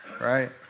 right